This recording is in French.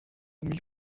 mille